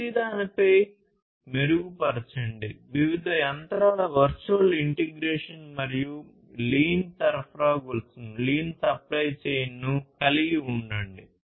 ప్రతిదానిపై మెరుగుపరచండి వివిధ యంత్రాల వర్చువల్ ఇంటిగ్రేషన్ మరియు lean సరఫరా గొలుసును కలిగి ఉండండి